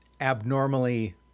abnormally